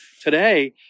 today